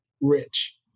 rich